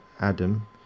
Adam